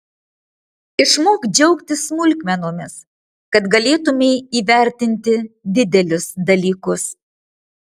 išmok džiaugtis smulkmenomis kad galėtumei įvertinti didelius dalykus